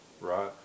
right